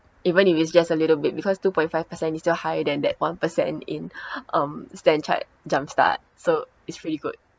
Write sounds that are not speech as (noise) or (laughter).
even if it's just a little bit because two point five percent is still higher than that one percent in (breath) um stanchart jumpstart so it's pretty good